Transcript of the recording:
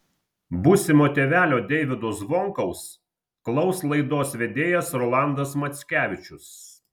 būsimo tėvelio deivydo zvonkaus klaus laidos vedėjas rolandas mackevičius